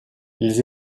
ils